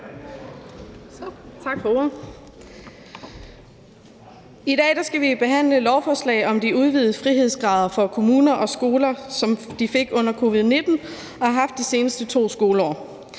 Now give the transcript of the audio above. I dag skal vi jo behandle et lovforslag om de udvidede frihedsgrader for kommuner og skoler, som de fik under covid-19, og som de har haft de seneste 2 skoleår,